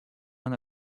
она